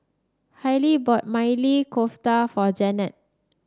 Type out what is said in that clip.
Haylie bought Maili Kofta for Janet